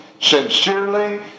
sincerely